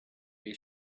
they